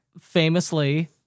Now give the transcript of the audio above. Famously